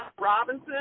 Robinson